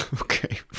Okay